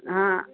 हा